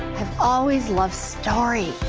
always loved stories.